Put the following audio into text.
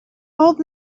old